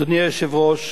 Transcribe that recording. אדוני היושב-ראש,